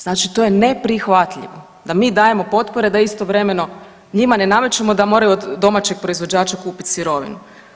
Znači to je neprihvatljivo da mi dajemo potpore da istovremeno njima ne namećemo da moraju od domaćeg proizvođača kupit sirovinu.